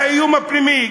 האיום הפנימי.